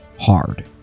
hard